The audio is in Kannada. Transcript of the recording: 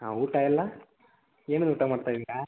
ಹಾಂ ಊಟ ಎಲ್ಲ ಏನೇನು ಊಟ ಮಾಡ್ತಾ ಇದ್ದೀರಾ